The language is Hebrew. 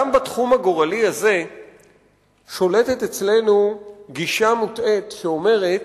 גם בתחום הגורלי הזה שולטת אצלנו גישה מוטעית שאומרת